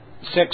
Six